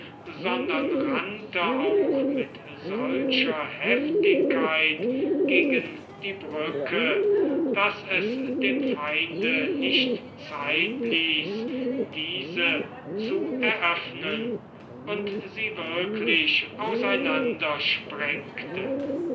sondern rannte auch mit solcher heftigkeit gegen die brücke daß es dem feinde nicht zeit ließ diese zu eröffnen und sie wirklich auseinander sprengte